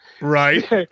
Right